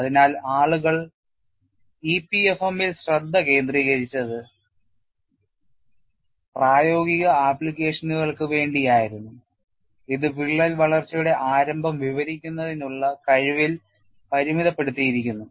അതിനാൽ ആളുകൾ EPFM ഇൽ ശ്രദ്ധ കേന്ദ്രീകരിച്ചത് പ്രായോഗിക ആപ്ലിക്കേഷനുകൾക്ക് വേണ്ടി ആയിരുന്നു ഇത് വിള്ളൽ വളർച്ചയുടെ ആരംഭം വിവരിക്കുന്നതിനുള്ള കഴിവിൽ പരിമിതപ്പെടുത്തിയിരിക്കുന്നു